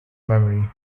memory